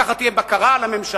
ככה תהיה בקרה על הממשלה?